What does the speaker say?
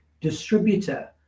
distributor